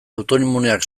autoimmuneak